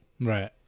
Right